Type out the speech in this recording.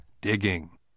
digging